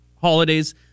holidays